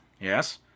yes